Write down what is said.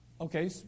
Okay